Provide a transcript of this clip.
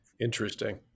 Interesting